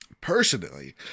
Personally